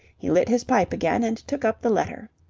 he lit his pipe again and took up the letter.